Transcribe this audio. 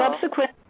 subsequent